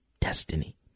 destiny